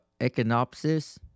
Echinopsis